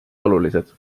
olulised